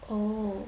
oh